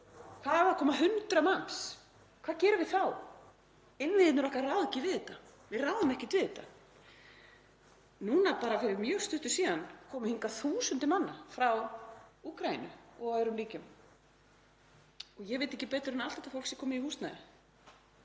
Hvað ef það koma 100 manns, hvað gerum við þá? Innviðirnir okkar ráða ekki við þetta. Við ráðum ekkert við þetta. Núna, bara fyrir mjög stuttu síðan komu hingað þúsundir manna frá Úkraínu og öðrum ríkjum. Ég veit ekki betur en að allt þetta fólk sé komið í húsnæði.